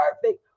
perfect